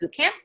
Bootcamp